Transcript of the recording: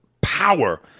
power